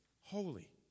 Holy